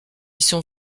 sont